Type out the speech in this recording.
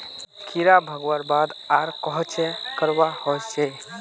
कीड़ा भगवार बाद आर कोहचे करवा होचए?